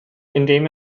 indem